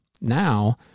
Now